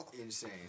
Insane